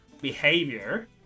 behavior